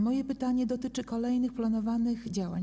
Moje pytanie dotyczy kolejnych planowanych działań.